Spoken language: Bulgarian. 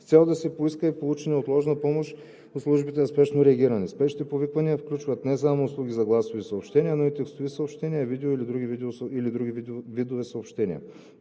с цел да се поиска и получи неотложна помощ от службите за спешно реагиране. Спешните повиквания включват не само услугите за гласови съобщения, но и текстовите съобщения, видео или други видове съобщения.“